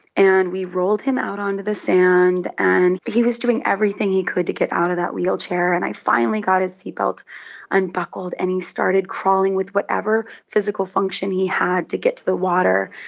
and we rolled him out onto the sand, and he was doing everything he could to get out of that wheelchair. and i finally got his seatbelt unbuckled and he started crawling with whatever physical function he had to get to the water.